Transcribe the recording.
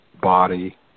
body